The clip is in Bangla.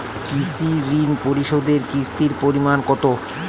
কৃষি ঋণ পরিশোধের কিস্তির পরিমাণ কতো?